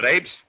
apes